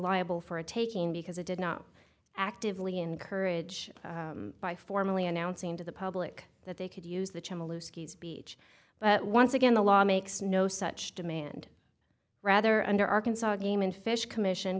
liable for a taking because it did not actively encourage by formally announcing to the public that they could use the beach but once again the law makes no such demand rather under arkansas game and fish commission